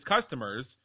customers